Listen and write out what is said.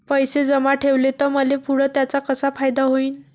पैसे जमा ठेवले त मले पुढं त्याचा कसा फायदा होईन?